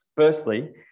Firstly